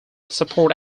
support